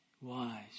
wise